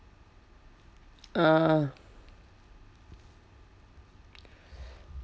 uh